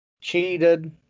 Cheated